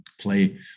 play